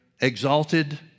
exalted